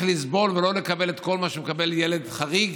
לסבול ולא לקבל את כל מה שמקבל ילד חריג